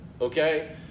okay